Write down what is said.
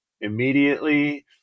immediately